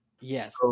yes